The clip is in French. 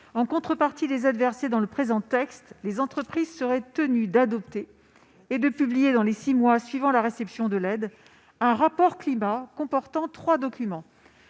En contrepartie des aides versées en vertu du présent texte, les entreprises seraient tenues d'adopter et de publier dans les six mois suivant la réception de l'aide un « rapport climat » comportant trois documents